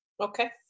Okay